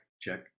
check